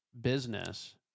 business